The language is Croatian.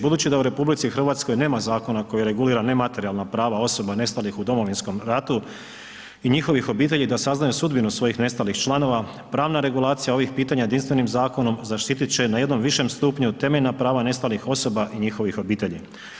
Budući da u RH nema zakona koji regulira nematerijalna prava osoba nestalih u Domovinskom ratu i njihovih obitelji da saznaju sudbinu svojih nestalih članova, pravna regulacija ovih pitanja jedinstvenim zakonom zaštiti će na jednom više stupnju temeljna prava nestalih osoba i njihovih obitelji.